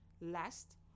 Last